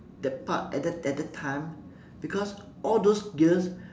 that part at that at that time because all those years